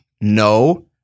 no